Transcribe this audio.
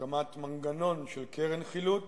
הקמת מנגנון של קרן חילוט